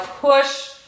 push